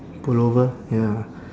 pullover ya